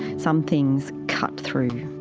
some things cut through.